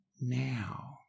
now